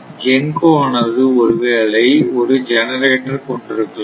GENCO ஆனது ஒருவேளை ஒரு ஜெனரேட்டர் கொண்டிருக்கலாம்